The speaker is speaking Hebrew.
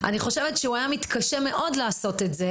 אני חושבת שהוא היה מתקשה מאוד לעשות את זה